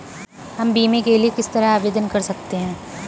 हम बीमे के लिए किस तरह आवेदन कर सकते हैं?